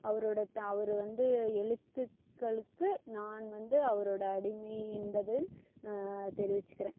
அவரோடய த அவர் வந்து எழுத்துக்களுக்கு நான் வந்து அவரோடய அடிமை என்பது தெரிவிச்சிக்கிறேன்